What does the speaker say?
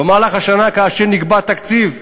במהלך השנה, כאשר נקבע תקציב,